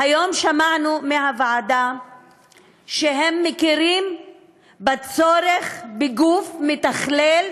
היום שמענו מהוועדה שהם מכירים בצורך בגוף שיתכלל